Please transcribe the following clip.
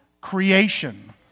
creation